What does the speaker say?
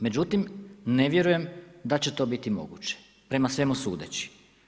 Međutim, ne vjerujem da će to biti moguće prema svemu sudeći.